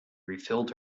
refilled